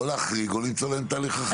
או להחריג, או למצוא להן תהליך אחר.